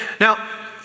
now